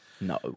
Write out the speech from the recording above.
no